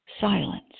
silence